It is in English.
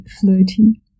flirty